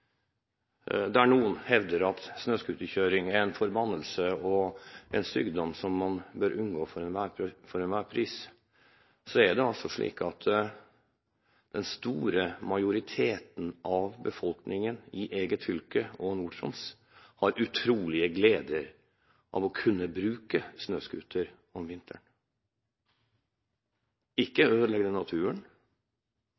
Der noen hevder at snøscooterkjøring er en forbannelse og en styggedom man bør unngå for enhver pris, er det slik at den store majoriteten av befolkningen i eget fylke og Nord-Troms har utrolige gleder av å kunne bruke snøscooter om vinteren. Ikke